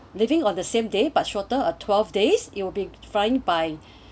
leaving on the same day but shorter a twelve days you'll will be flying by